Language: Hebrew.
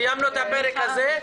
סיימנו את הפרק הזה.